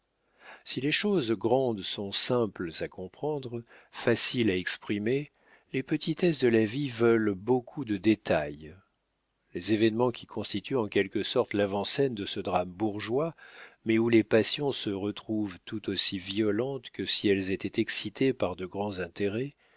si les choses grandes sont simples à comprendre faciles à exprimer les petitesses de la vie veulent beaucoup de détails les événements qui constituent en quelque sorte l'avant-scène de ce drame bourgeois mais où les passions se retrouvent tout aussi violentes que si elles étaient excitées par de grands intérêts